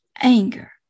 anger